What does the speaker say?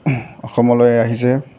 অসমলৈ আহিছে